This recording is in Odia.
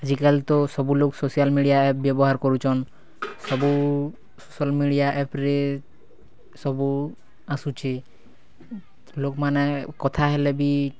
ଆଜିକାଲି ତ ସବୁ ଲୋକ୍ ସୋସିଆଲ୍ ମିଡ଼ିଆ ବ୍ୟବହାର କରୁଚନ୍ ସବୁ ସୋସିଆଲ୍ ମିଡ଼ିଆ ଏପ୍ ରେ ସବୁ ଆସୁଛି ଲୋକ୍ ମାନେ କଥା ହେଲେ ବି